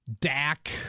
Dak